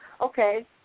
okay